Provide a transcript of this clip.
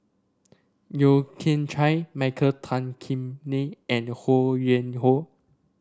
Yeo Kian Chai Michael Tan Kim Nei and Ho Yuen Hoe